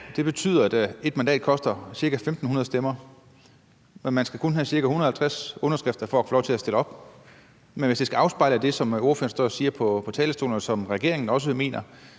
Det betyder, at et mandat koster cirka 1.500 stemmer. Men man skal kun have ca. 150 underskrifter for at få lov til at stille op. Hvis det skal afspejle det, som ordføreren står og siger på talerstolen, og som regeringen også mener,